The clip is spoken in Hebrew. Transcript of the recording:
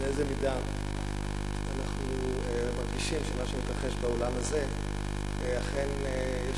באיזו מידה אנחנו מרגישים שמה שמתרחש בעולם הזה אכן יש